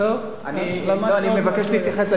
אני מבקש להתייחס.